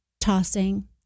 Tossing